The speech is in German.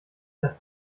das